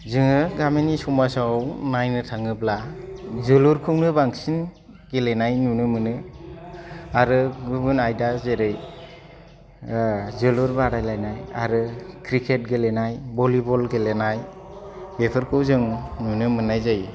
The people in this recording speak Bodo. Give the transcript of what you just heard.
जोङो गामिनि समाजाव नायनो थाङोब्ला जोलुरखौनो बांसिन गेलेनाय नुनो मोनो आरो गुबुन आयदा जेरै जोलुर बादायलायनाय आरो क्रिकेट गेलेनाय भलिबल गेलेनाय बेफोरखौ जों नुनो मोननाय जायो